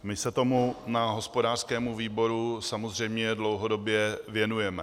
My se tomu na hospodářském výboru samozřejmě dlouhodobě věnujeme.